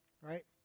right